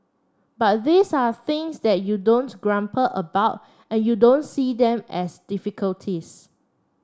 but these are things that you don't grumble about and you don't see them as difficulties